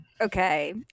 okay